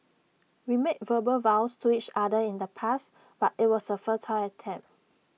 we made verbal vows to each other in the past but IT was A futile attempt